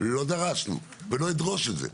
לא דרשנו ולא אדרוש את זה.